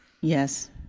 Yes